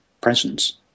presence